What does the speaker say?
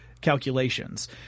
calculations